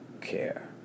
care